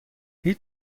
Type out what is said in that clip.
هیچ